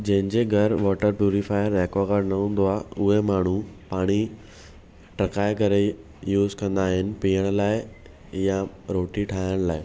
जंहिंजे घरु water purifier Aquaguard न हूंदो आहे उहे माण्हू पाणी टहिकाए करे ई यूज़ कंदा आहिनि पीअण लाइ या रोटी ठाहिण लाइ